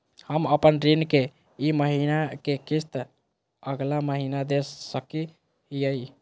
हम अपन ऋण के ई महीना के किस्त अगला महीना दे सकी हियई?